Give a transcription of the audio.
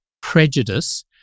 prejudice